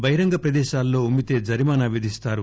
బహిరంగ ప్రదేశాల్లో ఉమ్మితే జరిమానా విధిస్తారు